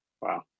Wow